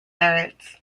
merits